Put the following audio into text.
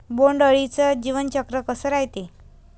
बोंड अळीचं जीवनचक्र कस रायते?